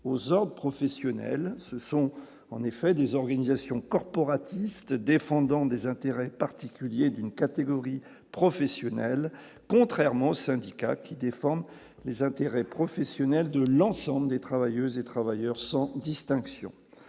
aux ordres professionnels se sont en effet des organisations corporatistes défendant des intérêts particuliers d'une catégorie professionnelle contrairement aux syndicats qui défendent les intérêts professionnels de l'ensemble des travailleuses et travailleurs sans distinction,